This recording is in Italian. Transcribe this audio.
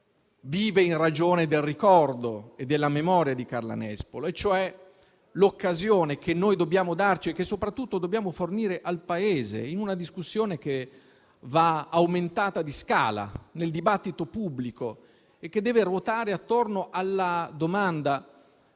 vive in ragione del ricordo e della memoria di Carla Nespolo. L'occasione che noi dobbiamo darci e che soprattutto dobbiamo fornire al Paese in una discussione che va aumentata di scala, nel dibattito pubblico, deve ruotare attorno ad una domanda: